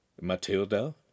Matilda